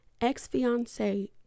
ex-fiance